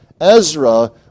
Ezra